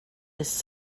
his